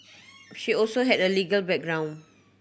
she also had a legal background